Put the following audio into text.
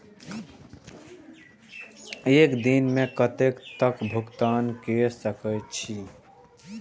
एक दिन में कतेक तक भुगतान कै सके छी